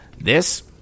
This